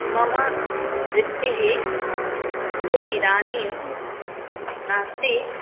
मम वृत्तिः तु इदानीं नास्ति